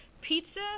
pizza